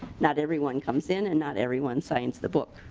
not everyone comes in and not everyone signs the book.